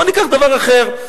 בוא ניקח דבר אחר.